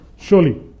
Surely